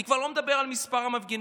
אני כבר לא מדבר על מספר המפגינים.